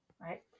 right